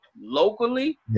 locally